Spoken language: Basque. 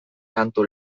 kantu